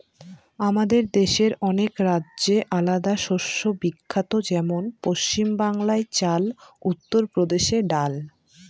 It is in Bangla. আমাদের দেশের অনেক রাজ্যে আলাদা শস্য বিখ্যাত যেমন পশ্চিম বাংলায় চাল, উত্তর প্রদেশে ডাল